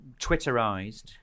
Twitterized